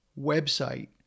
website